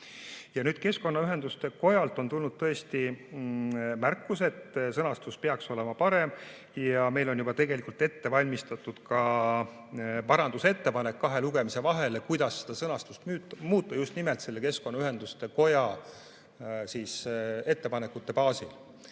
Ja keskkonnaühenduste kojalt on tulnud tõesti märkus, et sõnastus peaks olema parem. Meil ongi tegelikult ette valmistatud parandusettepanek, et kahe lugemise vahel seda sõnastust muuta, ja just nimelt keskkonnaühenduste koja ettepaneku kohaselt.